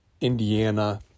Indiana